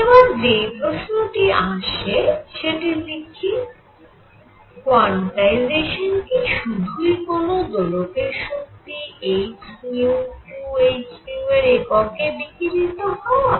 এবার যেই প্রশ্নটি আসে সেটি লিখি কোয়ান্টাইজেশান কি সুধুই কোন দোলকের শক্তি h ν 2 h ν এর এককে বিকিরিত হওয়া